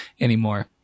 anymore